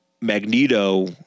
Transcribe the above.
Magneto